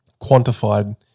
quantified